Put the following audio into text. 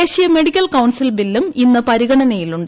ദേശീയ medical council ബില്ലും ഇന്ന് പരിഗണനയിലുണ്ട്